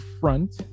front